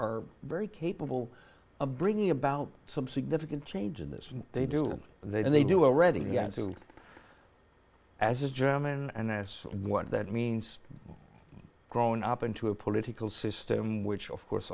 are very capable of bringing about some significant change in this they do they do a reading and so as a german and i guess what that means grown up into a political system which of course